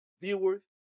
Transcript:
viewers